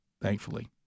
thankfully